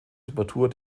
temperatur